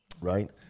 Right